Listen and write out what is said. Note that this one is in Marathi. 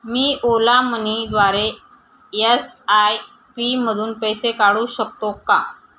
मी ओला मनीद्वारे यस आय पीमधून पैसे काढू शकतो का